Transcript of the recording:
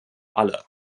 aller